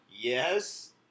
Yes